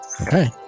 Okay